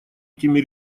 этими